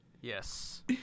Yes